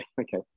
okay